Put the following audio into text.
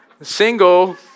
Single